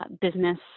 business